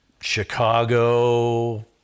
Chicago